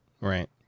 right